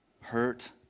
Hurt